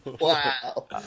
Wow